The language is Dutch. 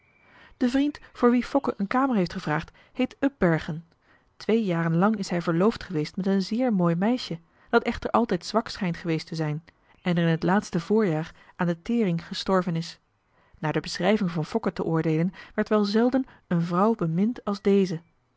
de vriend voor wien fokke een kamer heeft gevraagd heet upbergen twee jaren lang is hij verloofd geweest met een zeer mooi meisje dat echter altijd zwak schijnt geweest te zijn en er in het laatste voorjaar aan de tering gestorven is naar de beschrijving van fokke te oordeelen werd wel zelden een vrouw bemind als deze